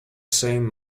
same